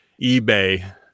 eBay